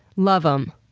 love em.